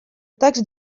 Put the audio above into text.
taxe